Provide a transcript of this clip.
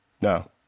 No